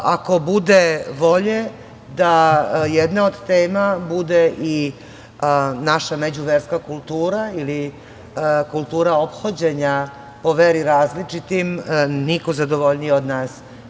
Ako bude volje da jedne od tema bude i naša međuverska kultura ili kultura ophođenja po veri različitim, niko zadovoljniji od nas.